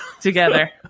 together